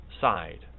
side